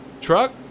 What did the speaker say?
truck